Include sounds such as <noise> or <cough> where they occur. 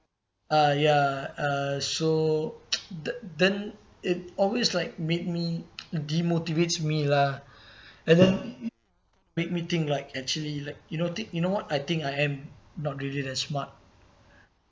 uh ya uh so <noise> the~ then it always like made me demotivates me lah <breath> and then make me think like actually like you know it you know what I think I am not really that smart